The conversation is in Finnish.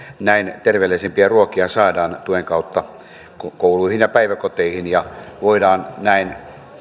näin terveellisempiä ruokia saadaan tuen kautta kouluihin ja päiväkoteihin ja voidaan näin